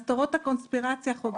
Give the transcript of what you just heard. אז תורות הקונספירציה חוגגות.